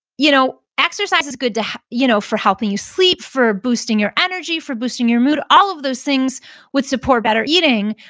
you know exercise is good you know for helping you sleep, for boosting your energy, for boosting your mood. all of those things would support better eating.